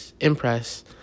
impress